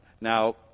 Now